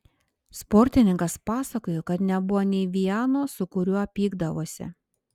sportininkas pasakojo kad nebuvo nei vieno su kuriuo pykdavosi